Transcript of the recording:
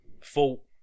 Full